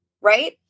Right